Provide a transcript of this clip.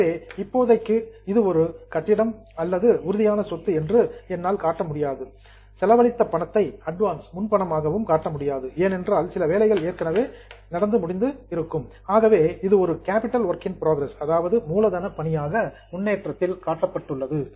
எனவே இப்போதைக்கு இது ஒரு பில்டிங் கட்டிடம் அல்லது டான்ஜிபிள் அசட் உறுதியான சொத்து என்று என்னால் காட்ட முடியாது செலவழித்த பணத்தை அட்வான்ஸ் முன்பணமாக காட்ட முடியாது ஏனென்றால் சில வேலைகள் ஏற்கனவே நடந்து விட்டது ஆகவே இது ஒரு கேப்பிட்டல் வொர்க் இன் புரோகிரஸ் மூலதன பணியாக முன்னேற்றத்தில் காட்டப்பட்டுள்ளது